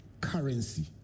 currency